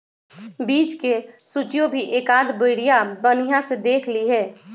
बीज के सूचियो भी एकाद बेरिया बनिहा से देख लीहे